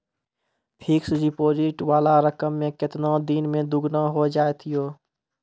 Fixed deposit वाला रकम केतना दिन मे दुगूना हो जाएत यो?